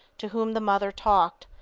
to whom the mother talked,